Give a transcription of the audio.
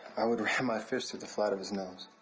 i would ram my fist through the flat of his nose.